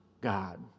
God